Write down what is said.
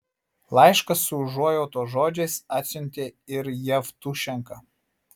laišką su užuojautos žodžiais atsiuntė ir jevtušenka